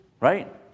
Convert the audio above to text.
right